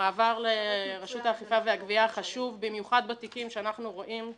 המעבר לרשות האכיפה והגבייה חשוב במיוחד בתיקים שאנחנו רואים,